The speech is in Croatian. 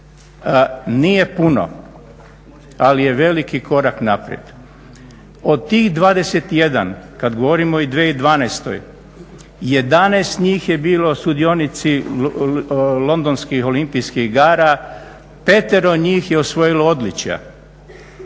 Nije puno ali je veliki korak naprijed. Od tih 21, kada govorimo i o 2012. 11 njih je bilo sudionici londonskih olimpijskih igara, petero njih je osvojilo odličja.